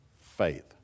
faith